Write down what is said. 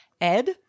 Ed